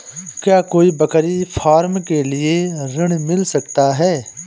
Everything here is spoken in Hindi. क्या कोई बकरी फार्म के लिए ऋण मिल सकता है?